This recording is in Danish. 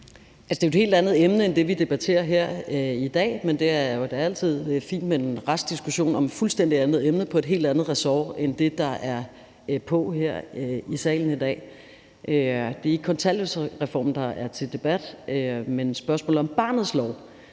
Det er jo et helt andet emne end det, vi debatterer her i dag. Men det er da altid fint med en rask diskussion om et fuldstændig andet emne på et helt andet ressort end det, der er på her i salen i dag. Det er ikke kontanthjælpsreformen, der er til debat, men spørgsmålet om barnets lov.